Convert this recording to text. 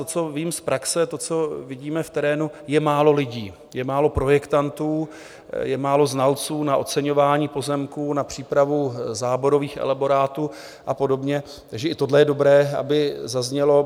To, co vím z praxe, to, co vidíme v terénu, je málo lidí, je málo projektantů, je málo znalců na oceňování pozemků, na přípravu záborových elaborátů a podobně, takže i tohle je dobré, aby zaznělo.